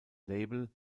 label